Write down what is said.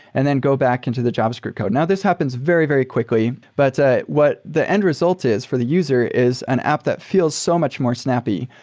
and then go back into the javascript code. now this happens very, very quickly. but what the end result is for the user is an app that feels so much more snappy,